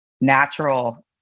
natural